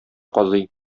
казый